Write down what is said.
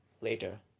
later